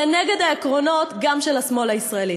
זה גם נגד העקרונות של השמאל הישראלי.